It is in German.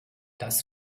das